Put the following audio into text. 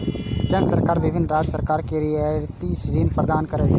केंद्र सरकार विभिन्न राज्य सरकार कें रियायती ऋण प्रदान करै छै